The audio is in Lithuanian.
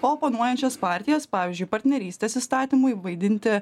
o oponuojančias partijas pavyzdžiui partnerystės įstatymui vaidinti